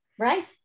right